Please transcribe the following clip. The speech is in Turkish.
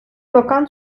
bakan